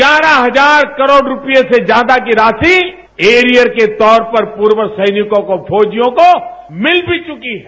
ग्यारह हजार करोड़ रूपये से ज्यादा की राशि एरियर के तौर पर पूर्व सैनिकों को फौजियों को मिल भी चुकी है